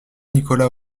nicolas